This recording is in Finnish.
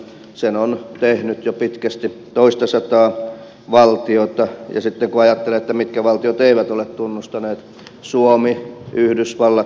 sen on tehnyt jo pitkästi toistasataa valtiota ja sitten kun ajattelee mitkä valtiot eivät ole tunnustaneet suomi yhdysvallat israel